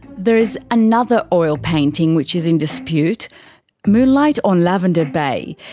there's another oil painting which is in dispute moonlight on lavender bay.